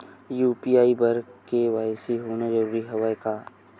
UPI बर KYC होना जरूरी हवय का?